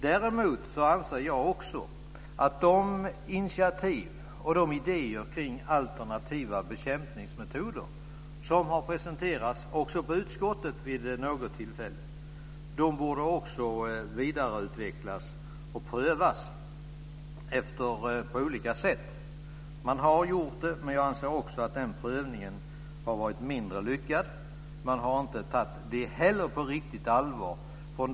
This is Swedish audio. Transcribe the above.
Däremot anser även jag att de initiativ och de idéer kring alternativa bekämpningsmetoder som har presenterats också för utskottet vid något tillfälle borde vidareutvecklas och prövas på olika sätt. Man har gjort det, men jag anser att den prövningen har varit mindre lyckad. Man har inte heller tagit det på riktigt allvar.